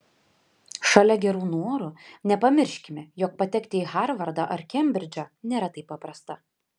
šalia gerų norų nepamirškime jog patekti į harvardą ar kembridžą nėra taip paprasta